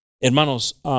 Hermanos